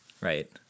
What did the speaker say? Right